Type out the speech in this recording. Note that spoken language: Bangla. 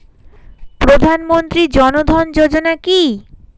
প্রধানমন্ত্রী জনধন যোজনা কি?